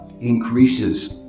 increases